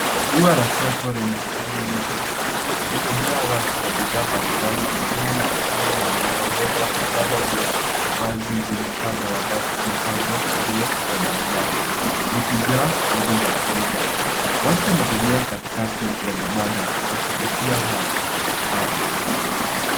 Ua la soko lenye shughuli nyingi umejaa watu wa bidhaa mbalimbali zikiwemo matunda na mboga mboga. Vibanda vya wazi vyenye paa za mabati zimepangwa kando ya barabara vikijaa vitu za kuuza. Watu wanatembea katikati ya vibanda wakipitia ardhi hapo.